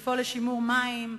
לפעול לשימור מים,